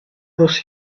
dos